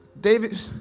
David